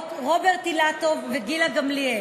רוברט אילטוב וגילה גמליאל.